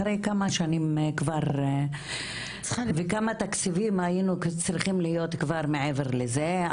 אחרי כמה שנים וכמה תקציבים היינו צריכים להיות כבר מעבר לזה.